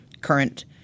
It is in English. current